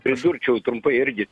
pridurčiau trumpai irgi